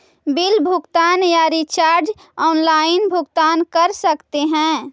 Bill भुगतान या recharge online भुगतान कर सकते हैं?